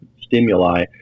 stimuli